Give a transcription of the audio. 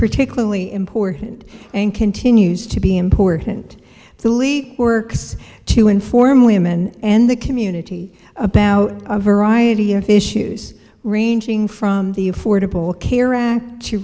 particularly important and continues to be important to lead works to inform women and the commune nitty about a variety of issues ranging from the affordable c